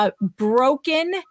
broken